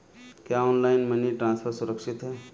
क्या online money transfer सुरक्षित है?